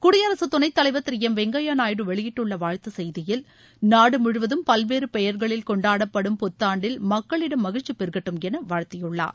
குடியரகத் துணைத்தலைவர் திரு எம் வெங்கையா நாயுடு வெளியிட்டுள்ள வாழ்த்துச் செய்தியில் நாடு முழுவதும் பல்வேறு பெயர்களில் கொண்டாடப்படும் புத்தாண்டில் மக்களிடம் மகிழ்ச்சி பெருகட்டும் என வாழ்த்தியுள்ளார்